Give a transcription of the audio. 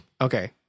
okay